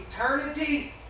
eternity